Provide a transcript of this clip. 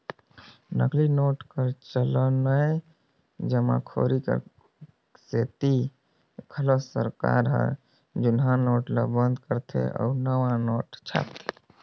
नकली नोट कर चलनए जमाखोरी कर सेती घलो सरकार हर जुनहा नोट ल बंद करथे अउ नावा नोट छापथे